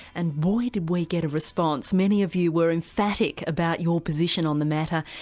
and boy, did we get a response. many of you were emphatic about your position on the matter,